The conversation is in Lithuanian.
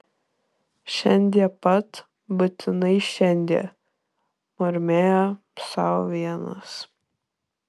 šiandie pat būtinai šiandie murmėjo sau vienas